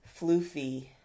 floofy